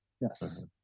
Yes